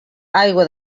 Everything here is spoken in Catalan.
aigua